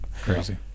Crazy